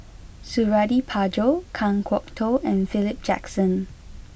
Suradi Parjo Kan Kwok Toh and Philip Jackson